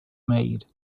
made